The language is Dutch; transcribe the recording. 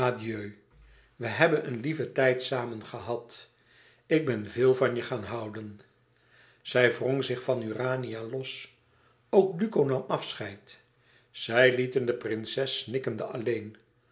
we hebben een lieven tijd samen gehad ik ben veel van je gaan houden zij wrong zich van urania los ook duco nam afscheid zij lieten de prinses snikkende alleen